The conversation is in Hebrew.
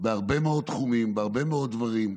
בהרבה מאוד תחומים, בהרבה מאוד דברים.